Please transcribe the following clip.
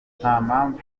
mpamvu